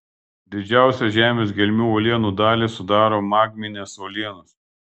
didžiausią žemės gelmių uolienų dalį sudaro magminės uolienos